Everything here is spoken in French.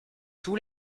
tous